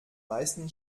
meisten